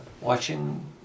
watching